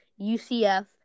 UCF